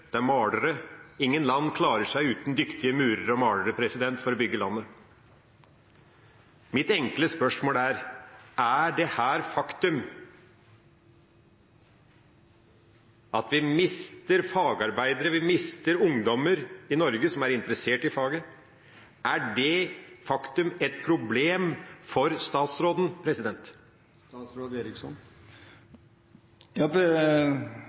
malere – ingen land klarer seg uten dyktige murere og malere for å bygge landet. Mitt enkle spørsmål er: Er det faktum at vi mister fagarbeidere, ungdommer i Norge som er interesserte i faget, et problem for statsråden?